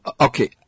Okay